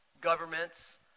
Governments